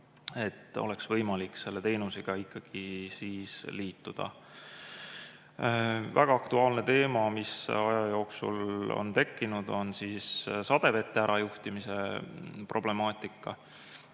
et oleks võimalik selle teenusega liituda. Väga aktuaalne teema, mis aja jooksul on tekkinud, on sadevete ärajuhtimise problemaatika.